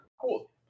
Cool